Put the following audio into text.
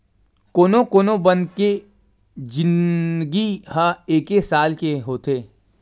कोनो कोनो बन के जिनगी ह एके साल के होथे